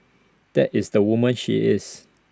that is the woman she is